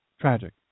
Tragic